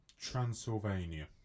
Transylvania